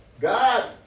God